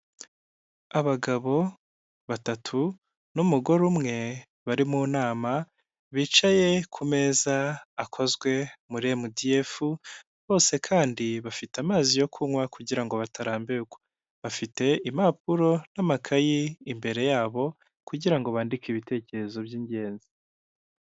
Abagabo batatu n'umugore umwe bari mu nama bicaye ku meza akozwe muri Emudiyefu, bose kandi bafite amazi yo kunywa kugira ngo batarambirwa. Bafite impapuro n'amakayi imbere yabo kugira ngo bandike ibitekerezo by'ingenzi.